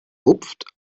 rupft